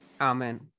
Amen